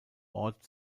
ort